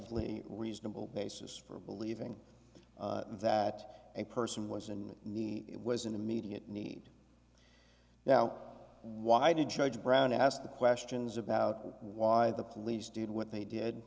only reasonable basis for believing that a person was in need it was an immediate need now why did judge brown ask the questions about why the police did what they did